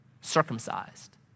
circumcised